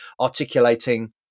articulating